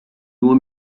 nur